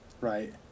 right